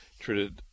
Treated